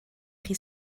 chi